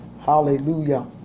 Hallelujah